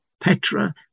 Petra